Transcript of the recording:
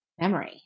memory